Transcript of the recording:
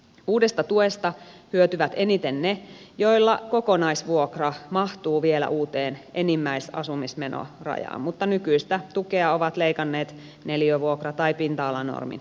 uudesta tuesta hyötyvät eniten ne joilla kokonaisvuokra mahtuu vielä uuteen enimmäisasumismenorajaan mutta nykyistä tukea ovat leikanneet neliövuokra tai pinta alanormin ylitykset